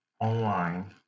online